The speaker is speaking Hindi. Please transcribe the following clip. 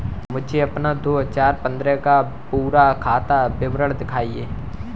मुझे अपना दो हजार पन्द्रह का पूरा खाता विवरण दिखाएँ?